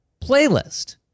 playlist